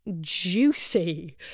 juicy